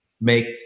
make